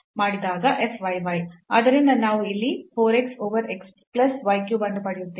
ಆದ್ದರಿಂದ ನಾವು ಇಲ್ಲಿ 4 x over x plus y cube ಅನ್ನು ಪಡೆಯುತ್ತೇವೆ